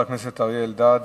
חבר הכנסת אריה אלדד,